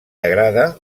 agrada